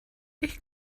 ich